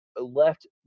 left